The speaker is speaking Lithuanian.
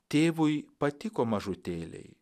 tėvui patiko mažutėliai